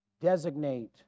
Designate